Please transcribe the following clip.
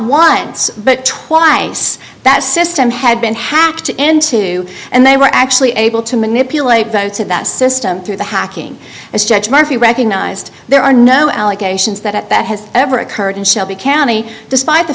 winds but twice that system had been hacked into and they were actually able to manipulate votes in that system through the hacking as judge murphy recognized there are no allegations that that has ever occurred in shelby county despite the